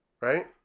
right